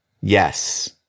yes